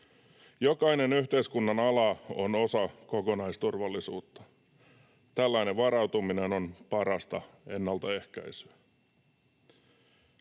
Jokainen yhteiskunnan ala on osa kokonaisturvallisuutta. Tällainen varautuminen on parasta ennaltaehkäisyä.